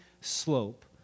slope